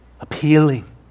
Appealing